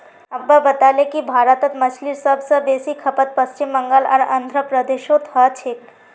अब्बा बताले कि भारतत मछलीर सब स बेसी खपत पश्चिम बंगाल आर आंध्र प्रदेशोत हो छेक